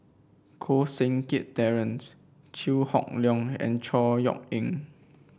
Koh Seng Kiat Terence Chew Hock Leong and Chor Yeok Eng